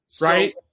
right